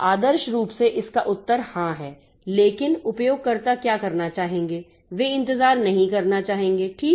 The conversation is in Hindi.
आदर्श रूप से इसका उत्तर हां है लेकिन उपयोगकर्ता क्या करना चाहेंगे वे इंतजार नहीं करना चाहेंगे ठीक